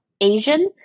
Asian